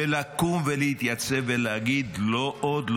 ולקום ולהתייצב ולהגיד: לא עוד,